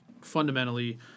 fundamentally